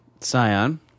Scion